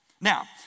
Now